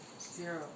Zero